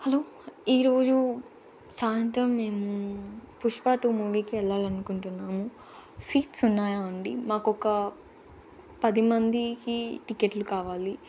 hello ఈరోజు సాయంత్రం మేము పుష్ప టూ మూవీకి వెళ్ళాలనుకుంటున్నాము సీట్స్ ఉన్నాయా అండి మాకొక పదిమందికి టికెట్లు కావాలి